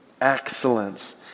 excellence